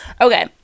Okay